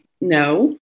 no